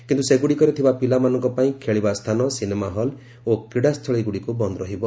କିନ୍ତୁ ସେଗୁଡ଼ିକରେ ଥିବା ପିଲାମାନଙ୍କ ପାଇଁ ଖେଳିବାସ୍ଥାନ ସିନେମା ହଲ୍ ଓ କ୍ରୀଡ଼ାସ୍ଥଳୀଗୁଡ଼ିକୁ ବନ୍ଦ ରହିବ